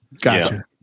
gotcha